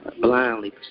blindly